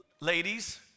Ladies